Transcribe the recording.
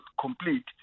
complete